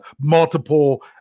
multiple